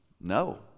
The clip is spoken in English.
No